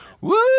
Woo